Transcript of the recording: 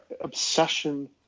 obsession